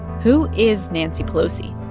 who is nancy pelosi?